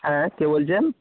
হ্যাঁ কে বলছেন